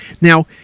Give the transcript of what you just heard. Now